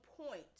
point